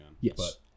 Yes